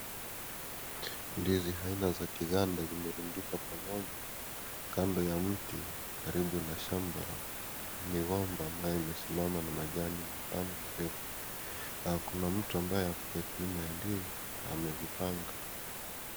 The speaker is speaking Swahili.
Ndizi aina za kiganda zimerundikwa pamoja kando ya mti karibu na shamba la migomba ambayo imesimama na majani ambayo ni marefu na kuna mtu ambaye ako nyuma ya ndizi amezipanga.